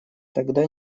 тогда